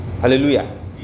Hallelujah